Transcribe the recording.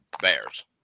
Bears